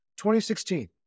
2016